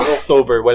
October